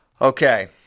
okay